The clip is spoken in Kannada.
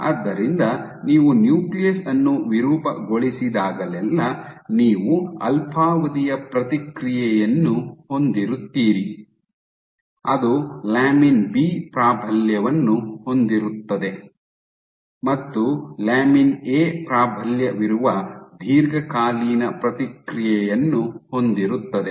ಆದ್ದರಿಂದ ನೀವು ನ್ಯೂಕ್ಲಿಯಸ್ ಅನ್ನು ವಿರೂಪಗೊಳಿಸಿದಾಗಲೆಲ್ಲಾ ನೀವು ಅಲ್ಪಾವಧಿಯ ಪ್ರತಿಕ್ರಿಯೆಯನ್ನು ಹೊಂದಿರುತ್ತೀರಿ ಅದು ಲ್ಯಾಮಿನ್ ಬಿ ಪ್ರಾಬಲ್ಯವನ್ನು ಹೊಂದಿರುತ್ತದೆ ಮತ್ತು ಲ್ಯಾಮಿನ್ ಎ ಪ್ರಾಬಲ್ಯವಿರುವ ದೀರ್ಘಕಾಲೀನ ಪ್ರತಿಕ್ರಿಯೆಯನ್ನು ಹೊಂದಿರುತ್ತದೆ